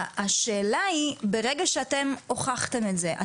השאלה היא: ברגע שאתם הוכחתם את זה,